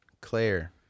Claire